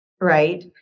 Right